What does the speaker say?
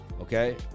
okay